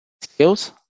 skills